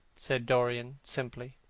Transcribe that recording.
said dorian simply.